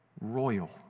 royal